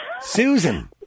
Susan